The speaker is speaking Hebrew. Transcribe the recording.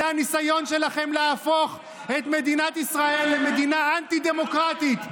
זה הניסיון שלכם להפוך את מדינת ישראל למדינה אנטי-דמוקרטית.